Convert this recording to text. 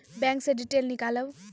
Bank से detail नीकालव?